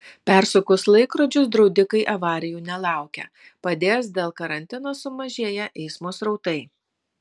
persukus laikrodžius draudikai avarijų nelaukia padės dėl karantino sumažėję eismo srautai